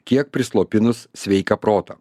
kiek prislopinus sveiką protą